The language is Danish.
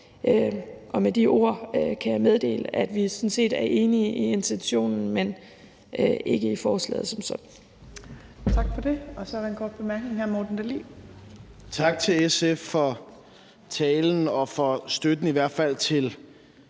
Med de ord kan jeg meddele, at vi sådan set er enige i intentionen, men ikke i forslaget som sådan.